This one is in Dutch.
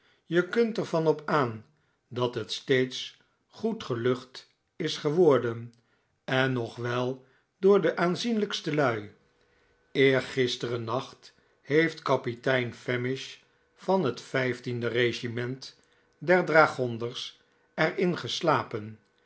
je kunt er van op aan dat het steeds goed gelucht is geworden en nog wel door de aanzienlijkste lui eergisteren nacht heeft kapitein famish van het vijftiende regiment der dragonders er in geslapen